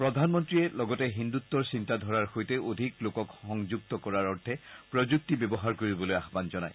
প্ৰধানমন্ত্ৰীয়ে লগতে হিন্দুত্বৰ চিন্তাধাৰাৰ সৈতে অধিক লোকক সংযুক্ত কৰাৰ অৰ্থে প্ৰযুক্তি ব্যৱহাৰ কৰিবলৈ আহান জনায়